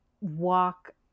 walk